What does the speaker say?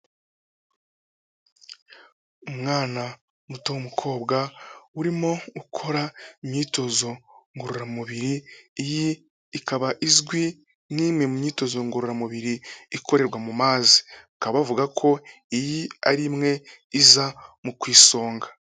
Umwana muto w'umukobwa, urimo ukora imyitozo ngororamubiri, iyi ikaba izwi nk'imwe mu myitozo ngororamubiri ikorerwa mu mazi, bakaba avuga ko iyi ari imwe iza mu ku isonga.